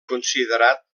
considerat